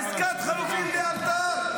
עסקת חילופים לאלתר.